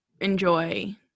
enjoy